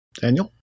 Daniel